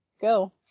Go